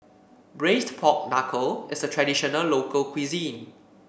Braised Pork Knuckle is a traditional local cuisine